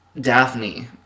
Daphne